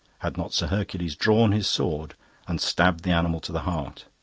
had not sir hercules drawn his sword and stabbed the animal to the heart.